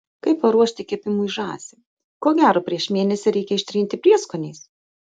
kaip paruošti kepimui žąsį ko gero prieš mėnesį reikia ištrinti prieskoniais